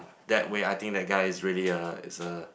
that way I think that guy is really a is a